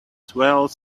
swell